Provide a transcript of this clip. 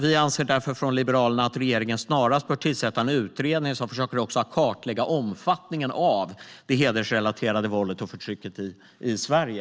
Vi anser därför från Liberalerna att regeringen snarast bör tillsätta en utredning som försöker att kartlägga omfattningen av det hedersrelaterade våldet och förtrycket i Sverige.